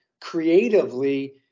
creatively